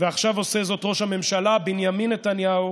ועכשיו עושה זאת ראש הממשלה בנימין נתניהו